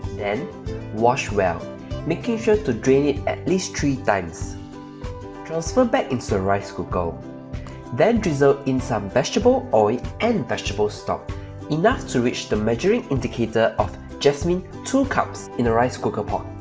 then wash well making sure to drain it at least three times transfer back into so rice cooker then drizzle in some vegetable oil and vegetable stock enough to reach the measuring indicator of jasmine two cups in a rice cooker pot